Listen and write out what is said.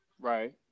Right